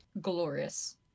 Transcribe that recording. glorious